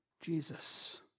Jesus